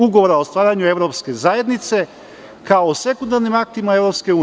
Ugovora o stvaranju evropske zajednice, kao sekundarnim aktima EU.